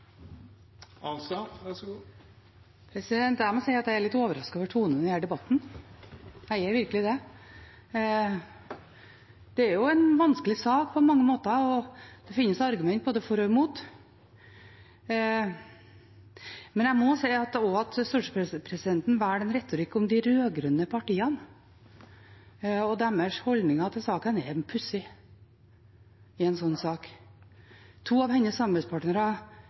Jeg må si at jeg er litt overrasket over tonen i denne debatten – jeg er virkelig det. Det er en vanskelig sak på mange måter, og det finnes argumenter både for og imot, men jeg må si at det at stortingspresidenten velger en retorikk om de rød-grønne partiene og deres holdninger til saken, er pussig i en slik sak. To av hennes samarbeidspartnere